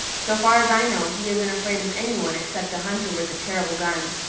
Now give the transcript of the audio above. so far as i know, he isn't afraid of any one except a hunter with a terrible gun.